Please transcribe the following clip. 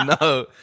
No